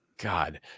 God